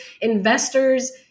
investors